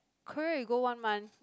Korea we go one month